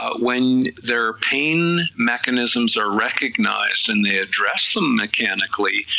ah when their pain mechanisms are recognized, and they address them mechanically,